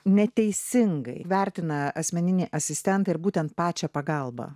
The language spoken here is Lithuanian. neteisingai vertina asmeninį asistentą ir būtent pačią pagalbą